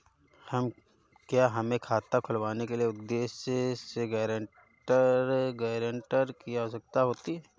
क्या हमें खाता खुलवाने के उद्देश्य से गैरेंटर की आवश्यकता होती है?